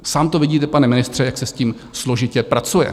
Sám to vidíte, pane ministře, jak se s tím složitě pracuje.